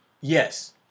Yes